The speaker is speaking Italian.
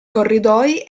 corridoi